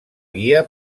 guia